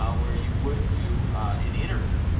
ah where you would do an interview.